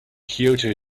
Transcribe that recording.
kyoto